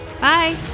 Bye